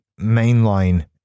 mainline